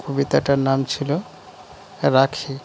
কবিতাটার নাম ছিল রাখি